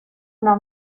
una